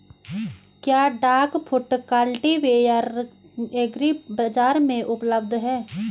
क्या duck foot cultivator agri बाज़ार में उपलब्ध है?